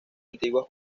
antiguas